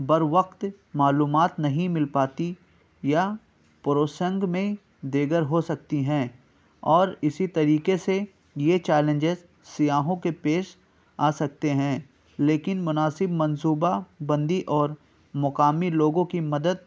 بروقت معلومات نہیں مل پاتی یا پروسنگ میں دیگر ہو سکتی ہیں اور اسی طریقے سے یہ چیلنجز سیاحوں کے پیش آ سکتے ہیں لیکن مناسب منصوبہ بندی اور مقامی لوگوں کی مدد